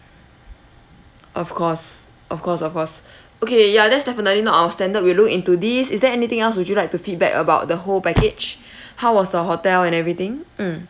of course of course of course okay yeah that's definitely not our standard we will look into this is there anything else would you like to feedback about the whole package how was the hotel and everything mm